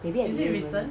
maybe I didn't even